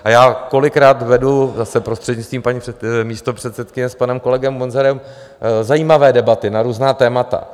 A já kolikrát vedu, zase prostřednictvím paní místopředsedkyně, s panem kolegou Munzarem zajímavé debaty na různá témata.